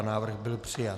Návrh byl přijat.